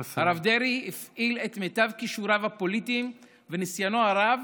הרב דרעי הפעיל את מיטב כישוריו הפוליטיים וניסיונו הרב